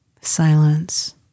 Silence